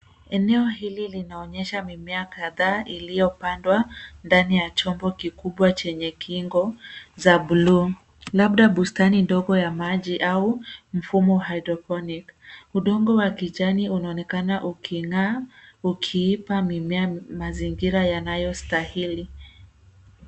Eneo hili linaonyesha mimea kadhaa iliyopandwa ndani ya chombo kikubwa chenye kingo za Blue ,labda bustani ndogo ya maji au mfumo Haidroponik. Udongo wa kijani unaonekana ukingaa ukiipa mimea mazingira yanayo stahili.